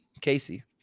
Casey